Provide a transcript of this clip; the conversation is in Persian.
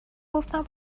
گفتم